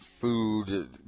food